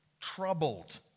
troubled